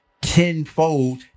tenfold